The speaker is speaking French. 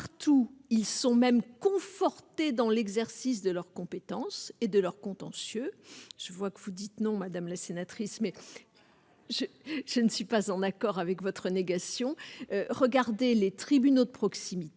ils sont même confortés dans l'exercice de leurs compétences et de leur contentieux, je vois que vous dites non, madame la sénatrice, mais j'ai, je ne suis pas en accord avec votre négation, regardez les tribunaux de proximité,